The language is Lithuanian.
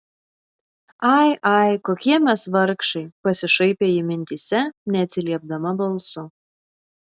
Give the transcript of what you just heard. ai ai kokie mes vargšai pasišaipė ji mintyse neatsiliepdama balsu